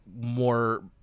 more